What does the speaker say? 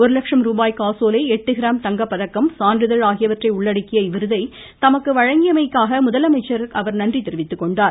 ஒருலட்சம் ரூபாய் காசோலை எட்டு கிராம் தங்கப்பதக்கம் சான்றிதழ் ஆகியவற்றை உள்ளடக்கிய இவ்விருதை தமக்கு வழங்கியமைக்காக முதலமைச்சருக்கு அவர் நன்றி தெரிவித்துக்கொண்டார்